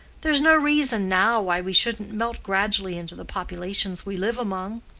there's no reason now why we shouldn't melt gradually into the populations we live among.